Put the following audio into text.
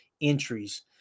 entries